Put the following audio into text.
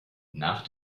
nach